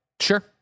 Sure